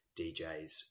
DJs